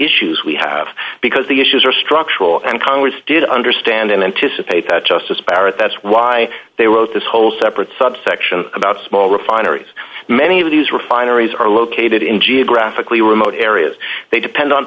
issues we have because the issues are structural and congress did understand and anticipate just disparate that's why they wrote this whole separate subsection about small refineries many of these refineries are located in geographically remote areas they depend on